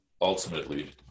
ultimately